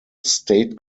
state